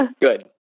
Good